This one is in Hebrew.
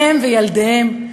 הם וילדיהם.